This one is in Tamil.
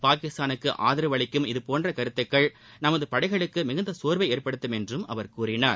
பாகிஸ்தானுக்கு ஆதரவளிக்கும் இதுபோன்ற கருத்துக்கள் நமது படைகளுக்கு மிகுந்த சோர்வை ஏற்படுத்தும் என்றும் அவர் கூறினார்